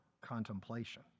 contemplation